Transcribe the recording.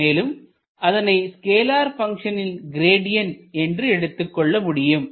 மேலும் அதனை ஸ்கேலார் பங்க்ஷனின் கிரேட்டியண்ட் என்று எடுத்துக்கொள்ள முடியும்